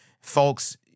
Folks